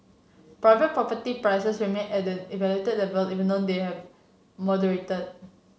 private property prices remain at an elevated level even though they have moderated